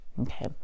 okay